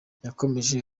yakomeje